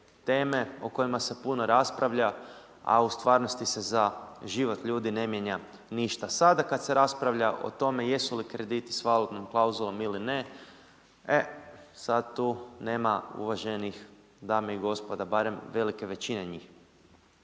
teme o kojima se puno raspravlja a u stvarnosti se za život ljudi ne mijenja ništa. Sada kada se raspravlja o tome jesu li krediti sa valutnom klauzulom ili ne, e sada tu nema uvaženih dama i gospoda, barem velike većine njih.